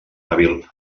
hàbil